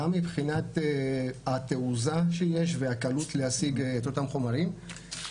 גם מבחינת התעוזה שיש והקלות בלהשיג את אותם חומרים.